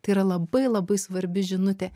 tai yra labai labai svarbi žinutė